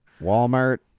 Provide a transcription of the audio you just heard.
Walmart